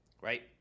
right